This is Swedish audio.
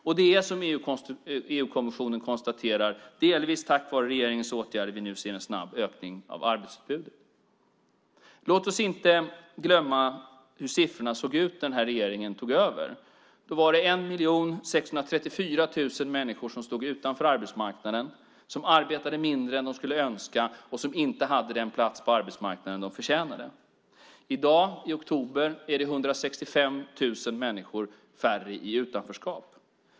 Och det är, som EU-kommissionen konstaterar, delvis tack vare regeringens åtgärder vi nu ser en snabb ökning av arbetsutbudet. Låt oss inte glömma hur siffrorna såg ut när den här regeringen tog över. Då var det 1 634 000 människor som stod utanför arbetsmarknaden, som arbetade mindre än de skulle önska och som inte hade den plats på arbetsmarknaden de förtjänade. I dag - i oktober - är det 165 000 människor färre i utanförskap.